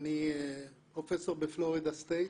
אני פרופסור בפלורידה סטייט